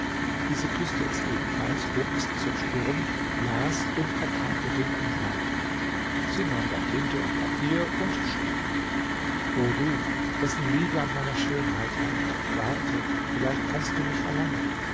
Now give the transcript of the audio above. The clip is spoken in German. diese küßte es ebenfalls hob es zur stirn las und erkannte den inhalt sie nahm dann tinte und papier und schrieb o du dessen liebe an meiner schönheit hängt warte vielleicht kannst du mich erlangen